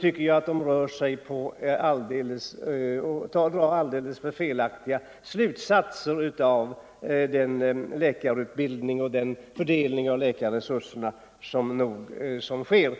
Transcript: tycker jag att de drar alldeles felaktiga slutsatser om den läkarutbildning och den fördelning av läkarresurserna som sker.